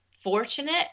fortunate